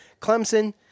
Clemson